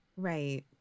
Right